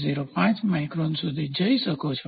05 micron સુધી જઈ શકો છો